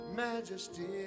majesty